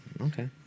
Okay